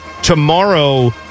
tomorrow